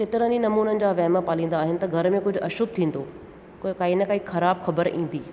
केतिरनि ई नमूननि जा वहम पालींदा आहिनि त घर में कुझु अशुभु थींदो कोई काई न काई ख़राबु ख़बर ईंदी